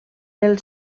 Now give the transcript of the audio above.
pel